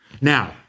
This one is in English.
Now